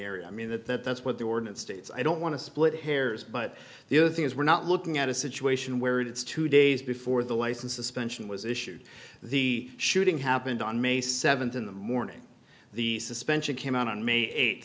area i mean that that that's what the ordinance states i don't want to split hairs but the other thing is we're not looking at a situation where it's two days before the license suspension was issued the shooting happened on may seventh in the morning the suspension came out on may eight